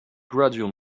gradual